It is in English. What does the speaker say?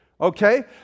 okay